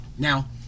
Now